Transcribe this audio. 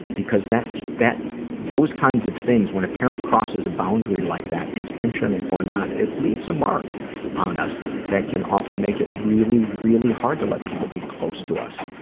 because that, that those kinds of things, when a parent crosses a boundary like that intentional or not it leaves a mark on us that can often make it really, really hard to let people get close to us.